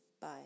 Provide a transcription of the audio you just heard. bye